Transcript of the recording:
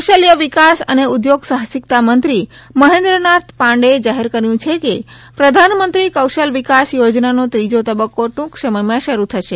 કૌશલ્ય વિકાસ અને ઉદ્યોગ સાહસિકતા મંત્રી મહેન્દ્રનાથ પાંડેએ જાહેર કર્યું છે કે પ્રધાનમંત્રી કૌશલ વિકાસ યોજનાનો ત્રીજો તબક્કો ટ્રંક સમયમાં શરૂ કરશે